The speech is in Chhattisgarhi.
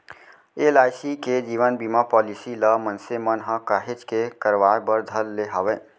एल.आई.सी के जीवन बीमा पॉलीसी ल मनसे मन ह काहेच के करवाय बर धर ले हवय